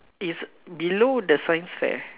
it's below the science fair